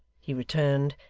he returned,